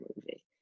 movie